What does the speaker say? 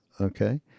okay